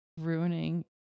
ruining